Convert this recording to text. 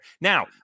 Now